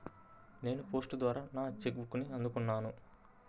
నేను పోస్ట్ ద్వారా నా చెక్ బుక్ని అందుకున్నాను